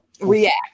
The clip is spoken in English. React